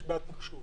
יש בעיית מחשוב.